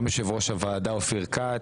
גם יושב ראש הוועדה אופיר כץ,